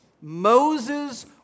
Moses